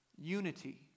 unity